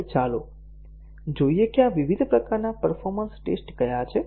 હવે ચાલો જોઈએ કે આ વિવિધ પ્રકારના પરફોર્મન્સ ટેસ્ટ કયા છે